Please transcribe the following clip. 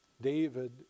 David